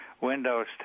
Windows